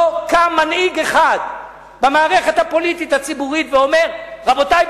לא קם מנהיג אחד במערכת הפוליטית הציבורית ואומר: רבותי,